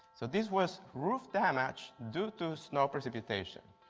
so this was roof damage due to snow precipitation.